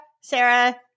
Sarah